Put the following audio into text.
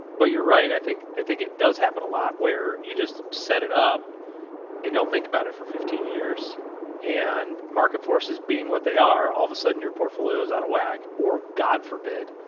but you're right. i think, i think it does happen a lot where you just set it up and don't think about it for fifteen years and market forces being what they are. all of a sudden your portfolio is out of whack or god forbid,